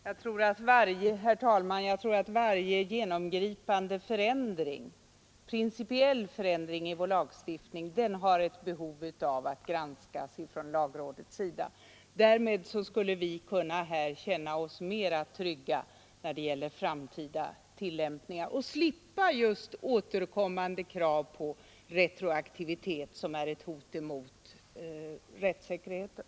Herr talman! Jag tror att varje genomgripande, principiell förändring i vår lagstiftning har behov av att granskas av lagrådet. Därmed skulle vi kunna känna oss mera trygga när det gäller framtida tillämpningar och slipper de återkommande kraven på retroaktivitet, som i sig är ett hot mot rättssäkerheten.